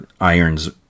Irons